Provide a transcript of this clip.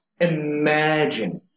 imagine